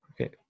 Okay